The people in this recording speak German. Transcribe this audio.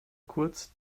kurz